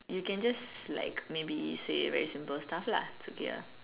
you can just like maybe say very simple stuff lah is okay ah